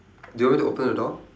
do you want to open the door